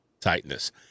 tightness